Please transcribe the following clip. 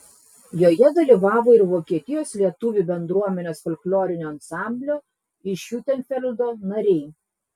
joje dalyvavo ir vokietijos lietuvių bendruomenės folklorinio ansamblio iš hiutenfeldo nariai